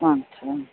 अछा